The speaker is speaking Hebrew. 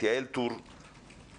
את יעל טור כספא,